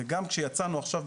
גם כאשר יצאנו עכשיו,